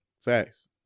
Facts